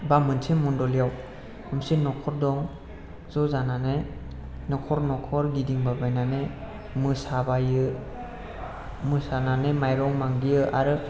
बा मोनसे मन्दलिआव मोनबेसे नखर दं ज' जानानै नखर नखर गिदिलांबायनानै मोसाबायो मोसानानै मायरं मागियो आरो